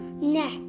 neck